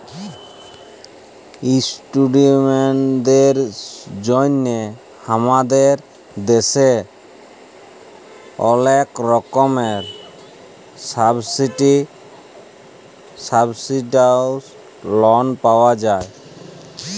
ইশটুডেন্টদের জন্হে হামাদের দ্যাশে ওলেক রকমের সাবসিডাইসদ লন পাওয়া যায়